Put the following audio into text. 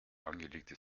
angelegte